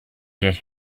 get